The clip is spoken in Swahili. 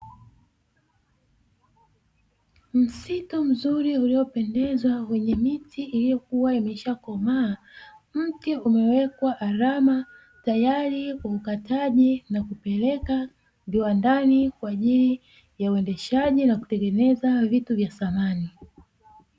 Msitu mzuri uliopendeza wenye miti iliyokwisha komaa, mti umewekwa alama kwa tayari kwa ukataji na kupeleka viwandani kwa ajili ya uendeshaji na kutengeneza vitu vya samani.